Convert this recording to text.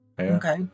Okay